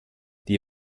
die